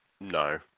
no